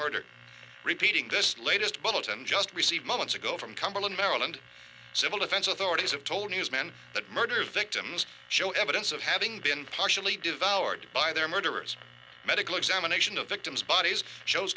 murdered repeating this latest bulletin just received moments ago from cumberland maryland civil defense authorities have told news men that murder victims show evidence of having been partially devoured by their murderous medical examination of victims bodies shows